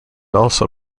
also